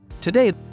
Today